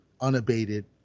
unabated